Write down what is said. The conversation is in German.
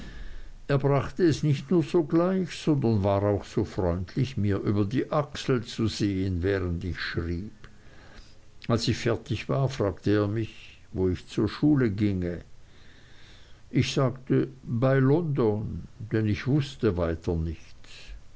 er brachte es nicht nur sogleich sondern war auch so freundlich mir über die achsel zu sehen während ich schrieb als ich fertig war fragte er mich wo ich zur schule ginge ich sagte bei london denn ich wußte weiter nichts